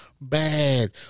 bad